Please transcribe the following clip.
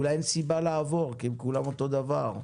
אולי אין סיבה לעבור כי הם כולם אותו דבר,